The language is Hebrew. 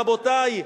רבותי,